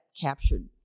captured